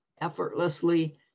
effortlessly